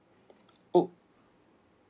oh